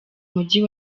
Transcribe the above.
mujyi